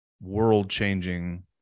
world-changing